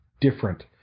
different